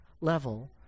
level